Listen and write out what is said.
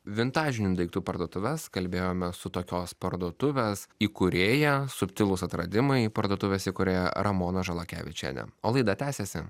vintažinių daiktų parduotuves kalbėjome su tokios parduotuvės įkūrėja subtilūs atradimai parduotuvės įkūrėja ramona žalakevičiene o laida tęsiasi